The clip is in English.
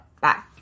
Bye